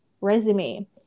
resume